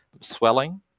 swelling